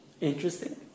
interesting